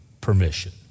permission